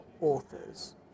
authors